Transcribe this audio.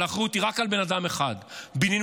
אבל האחריות היא רק על בן אדם אחד: בנימין